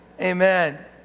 Amen